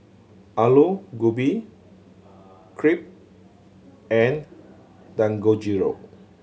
Alu Gobi Crepe and Dangojiru